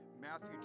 Matthew